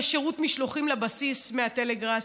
יש שירות משלוחים לבסיס מהטלגראס.